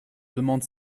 demande